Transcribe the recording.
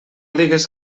digues